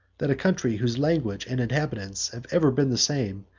that a country, whose language and inhabitants have ever been the same,